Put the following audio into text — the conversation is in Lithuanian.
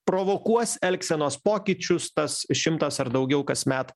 provokuos elgsenos pokyčius tas šimtas ar daugiau kasmet